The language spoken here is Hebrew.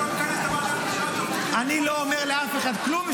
שלא מכנס את הוועדה לבחירת שופטים --- אני לא אומר לאף אחד כלום,